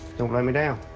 don't let me down.